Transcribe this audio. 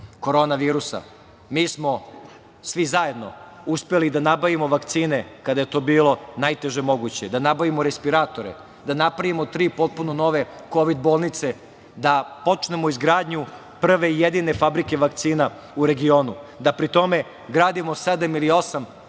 koronavirusa, mi smo svi zajedno uspeli da nabavimo vakcine kada je to bilo najteže moguće, da nabavimo respiratore, da napravimo tri potpuno nove kovid bolnice, da počnemo izgradnju prve i jedine fabrike vakcina u regionu, da pri tome gradimo sedam